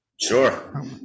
Sure